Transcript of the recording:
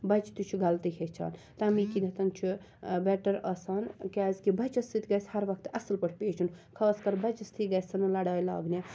بَچہِ تہِ چھُ غَلطٕے ہیٚچھان تمے کِنیٚتھ چھُ بیٚٹَر آسان کیازکہِ بَچَس سۭتۍ گَژھِ ہَر وَقتہٕ اصل پٲٹھۍ پیش یُن خاص کَر بَچَس تھی گَژھَن نہٕ لَڑایہِ لاگنہٕ